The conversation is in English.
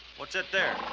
what's that there?